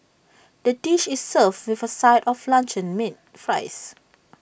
the dish is served with A side of luncheon meat fries